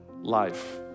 life